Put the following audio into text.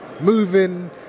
Moving